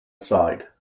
side